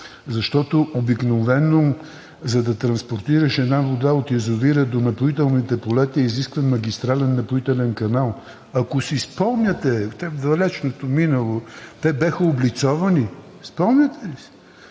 защото обикновено, за да транспортираш една вода от язовира до напоителните полета, изисква магистрален напоителен канал. Ако си спомняте, в далечното минало те бяха облицовани – спомняте ли си